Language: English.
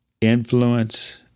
influence